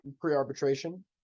pre-arbitration